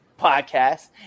Podcast